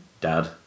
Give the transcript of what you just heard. Dad